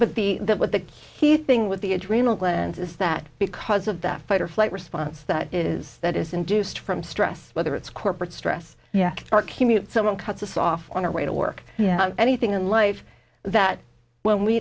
but the that was the key thing with the adrenal glands is that because of that fight or flight response that is that is induced from stress whether it's corporate stress or commute someone cuts us off on our way to work and anything in life that when we